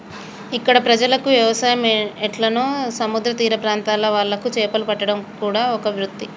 ఇక్కడ ప్రజలకు వ్యవసాయం ఎట్లనో సముద్ర తీర ప్రాంత్రాల వాళ్లకు చేపలు పట్టడం ఒక వృత్తి